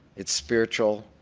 it's spiritual,